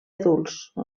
adults